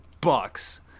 Bucks